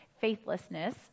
faithlessness